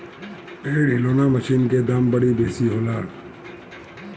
पेड़ हिलौना मशीन के दाम बड़ी बेसी होला